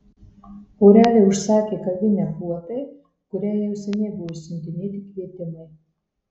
porelė užsakė kavinę puotai kuriai jau seniai buvo išsiuntinėti kvietimai